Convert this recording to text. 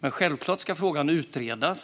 Men självklart ska frågan utredas.